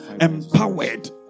empowered